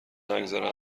نگذره